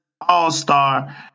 All-star